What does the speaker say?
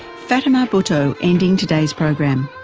fatima bhutto, ending today's program.